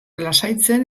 lasaitzen